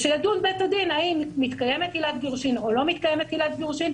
ושידון בית הדין אם מתקיימת עילת גירושין או לא מתקיימת עילת גירושין,